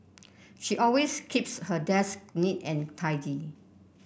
she always keeps her desk neat and tidy